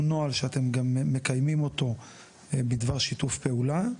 נוהל שאתם גם מקיימים אותו בדבר שיתוף פעולה?